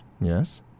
Yes